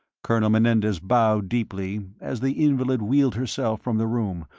colonel menendez bowed deeply, as the invalid wheeled herself from the room,